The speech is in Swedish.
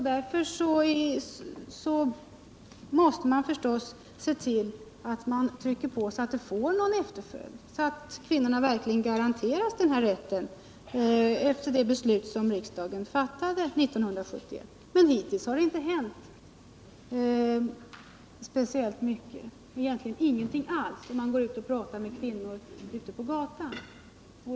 Därför måste man se till att det får någon efterföljd, att kvinnorna garanteras den här rätten enligt beslutet som riksdagen fattade 1971. Hittills har det inte hänt speciellt mycket, egentligen ingenting alls enligt kvinnor man pratar med ute på gatan.